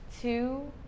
two